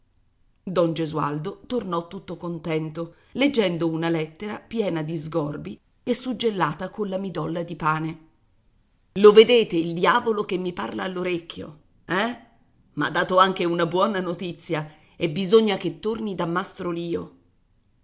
don gesualdo tornò tutto contento leggendo una lettera piena di sgorbi e suggellata colla midolla di pane lo vedete il diavolo che mi parla all'orecchio eh m'ha dato anche una buona notizia e bisogna che torni da mastro lio io